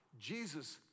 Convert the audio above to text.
Jesus